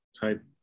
type